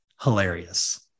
hilarious